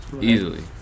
Easily